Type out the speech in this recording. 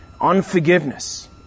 unforgiveness